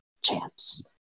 chance